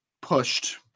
Pushed